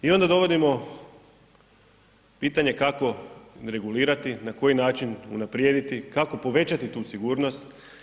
I onda dovodimo u pitanje kako regulirati, na koji način unaprijediti, kako povećati tu sigurnost.